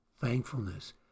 thankfulness